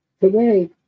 Today